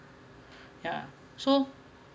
yeah so